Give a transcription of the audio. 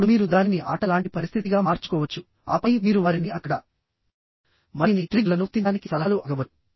ఇప్పుడు మీరు దానిని ఆట లాంటి పరిస్థితిగా మార్చుకోవచ్చు ఆపై మీరు వారిని అక్కడ మరిన్ని ట్రిగ్గర్లను గుర్తించడానికి సలహాలు అడగవచ్చు